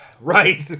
Right